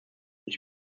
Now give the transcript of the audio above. ich